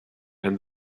and